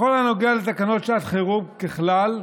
בכל הנוגע לתקנות שעת חירום, ככלל,